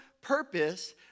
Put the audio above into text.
purpose